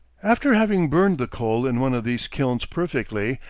after having burned the coal in one of these kilns perfectly,